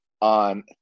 on